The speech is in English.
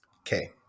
Okay